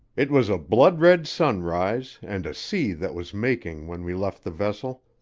it was a blood-red sunrise and a sea that was making when we left the vessel,